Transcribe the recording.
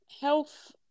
health